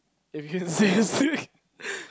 if you insist